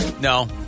no